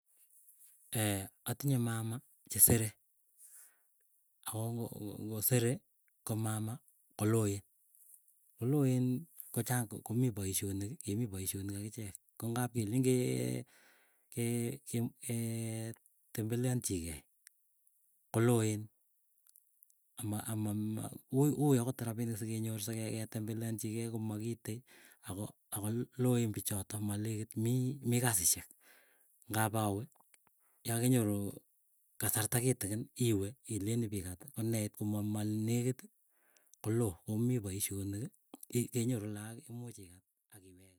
atinye maama chesere. Ako ngo ngosere komama koloen, koloen kochang komii poisyonik kemii poisyonik akichichek. Ko ngap kelen kee kee keeetemveleanchii gei. Ko loen ama amama ui ui akot rapinik sikenyor seke tembeleanchigei komakiitei ako akoloen pichooto malekit mi mii kasisiek. Ngap awe yakenyoru kasarta kitikin iwee ilen ipikat koneit komanekiti koloo komii paisyoniki, kenyoru laaki kumuuch igati akiweke.